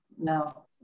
No